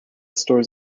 stores